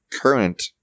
current